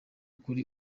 kuri